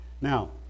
now